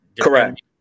Correct